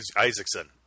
Isaacson